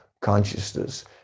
consciousness